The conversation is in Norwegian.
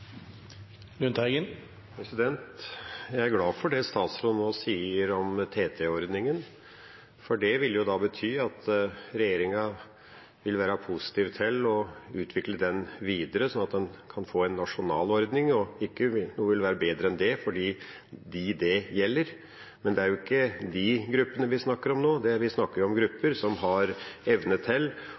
glad for det statsråden nå sier om TT-ordningen. Det vil bety at regjeringa vil være positiv til å utvikle den videre, slik at en kan få en nasjonal ordning, og ikke noe vil være bedre enn det for dem det gjelder. Men det er jo ikke de gruppene vi snakker om nå. Vi snakker om grupper som har evne til